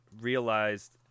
realized